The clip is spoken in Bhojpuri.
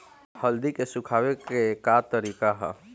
हल्दी के सुखावे के का तरीका ह?